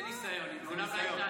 היא מינוי פוליטי קלאסי.